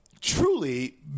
truly